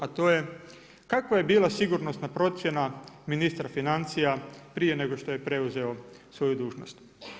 A to je, kakva je bila sigurnosna procjena ministra financija prije nego što je preuzeo svoju dužnost?